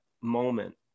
moment